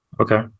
okay